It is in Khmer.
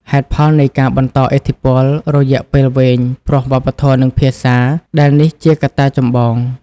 ហេតុផលនៃការបន្តឥទ្ធិពលរយៈពេលវែងព្រោះវប្បធម៌ និងភាសា ដែលនេះជាកត្តាចម្បង។